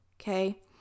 okay